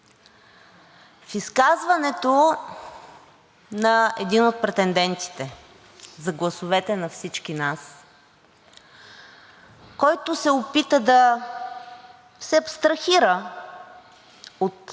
в изказването на един от претендентите за гласовете на всички нас, който се опита да се абстрахира от